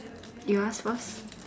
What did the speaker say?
you ask first